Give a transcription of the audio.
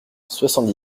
soixante